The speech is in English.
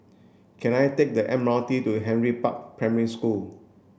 can I take the M R T to Henry Park Primary School